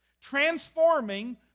transforming